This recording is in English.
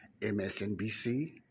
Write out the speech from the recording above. MSNBC